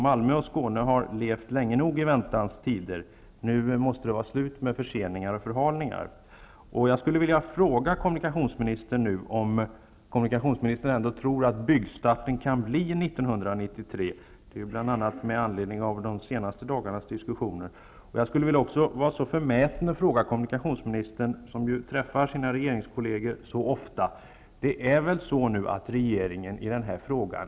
Malmö och Skåne har levt länge nog i väntans tider, och nu måste det bli slut med förseningar och förhalningar. Jag vill fråga kommunikationsministern om han ändå tror att byggstarten kan ske år 1993, bl.a. med anledning av de senaste dagarnas diskussioner. Jag vill också vara så förmäten att fråga kommunikationsministern, som ju träffar sina regeringskolleger så ofta: Regeringen är väl helt överens i den här frågan?